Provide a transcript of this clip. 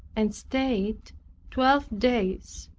and stayed twelve days.